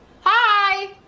Hi